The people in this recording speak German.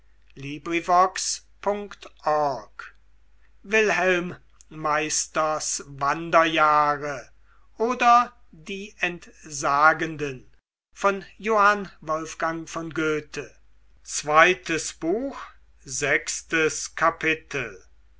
wilhelm meisters wanderjahre oder die entsagenden